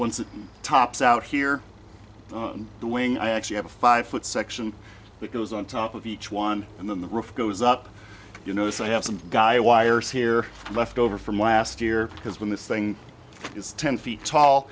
once it tops out here on the wing i actually have a five foot section that goes on top of each one and then the roof goes up you know so i have some guy wires here left over from last year because when this thing is ten feet tall